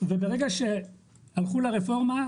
וברגע הלכו לרפורמה,